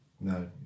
No